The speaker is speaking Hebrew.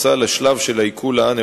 לאור הרצון לפעול להפסקת הזרמת הבוצה לים.